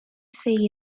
say